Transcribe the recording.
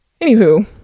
Anywho